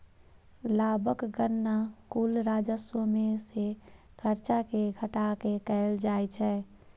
लाभक गणना कुल राजस्व मे सं खर्च कें घटा कें कैल जाइ छै